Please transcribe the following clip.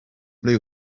blew